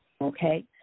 Okay